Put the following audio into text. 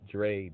Dre